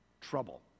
trouble